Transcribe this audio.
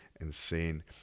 insane